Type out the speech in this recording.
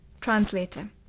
Translator